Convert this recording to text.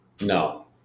no